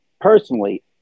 personally